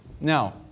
Now